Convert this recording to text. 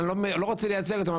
אני לא רוצה לייצג אותם,